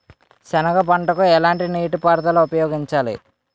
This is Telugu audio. సెనగ పంటకు ఎలాంటి నీటిపారుదల ఉపయోగించాలి?